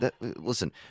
listen